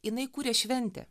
jinai kuria šventę